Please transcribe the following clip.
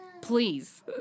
Please